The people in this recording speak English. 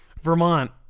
Vermont